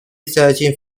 searching